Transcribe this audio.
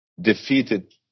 defeated